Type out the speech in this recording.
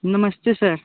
नमस्ते सर